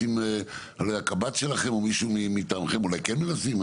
אולי הקב"ט שלכם או מישהו מטעמכם כן מנסים?